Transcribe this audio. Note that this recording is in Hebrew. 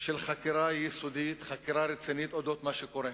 של חקירה יסודית, חקירה רצינית של מה שקורה